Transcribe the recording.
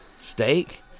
Steak